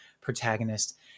protagonist